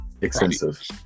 expensive